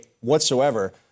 whatsoever